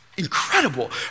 Incredible